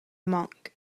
monk